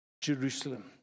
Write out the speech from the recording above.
Jerusalem